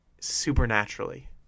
supernaturally